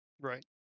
Right